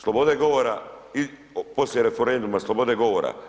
Slobode govora, poslije referenduma slobode govora.